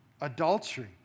adultery